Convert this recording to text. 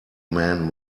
man